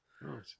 Right